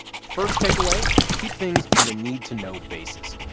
first takeaway keep things on a need-to-know basis.